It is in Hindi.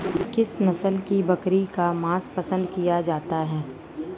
किस नस्ल की बकरी का मांस पसंद किया जाता है?